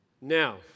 Now